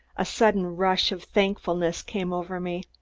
a sudden rush of thankfulness came over me.